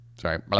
sorry